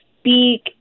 speak